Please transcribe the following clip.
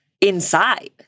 Inside